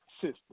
system